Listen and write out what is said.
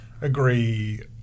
agree